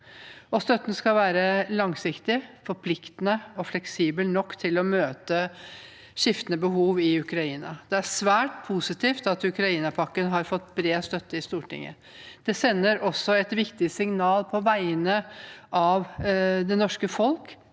Støtten skal være langsiktig, forpliktende og fleksibel nok til å møte skiftende behov i Ukraina. Det er svært positivt at Ukraina-pakken har fått bred støtte i Stortinget. Det sender også et viktig signal på vegne av det norske folk